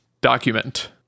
document